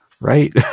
Right